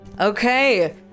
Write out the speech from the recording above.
Okay